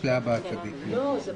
הצבעה בעד, 8 נגד, 3 נמנעים, אין הצו